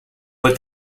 but